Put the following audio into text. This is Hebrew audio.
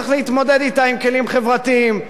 צריך להתמודד אתה בכלים חברתיים.